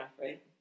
Right